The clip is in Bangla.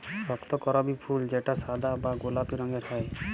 রক্তকরবী ফুল যেটা সাদা বা গোলাপি রঙের হ্যয়